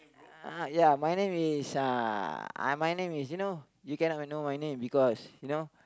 uh ya my name is uh my name is you know you cannot know my name because you know